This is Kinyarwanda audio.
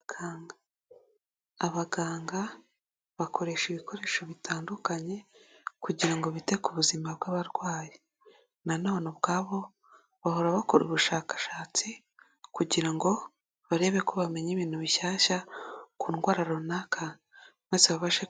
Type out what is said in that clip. Abaganga bakoresha ibikoresho bitandukanye kugira ngo bite ku buzima bw'abarwayi, nanone ubwabo bahora bakora ubushakashatsi kugira ngo barebe ko bamenya ibintu bishyashya ku ndwara runaka maze babashe.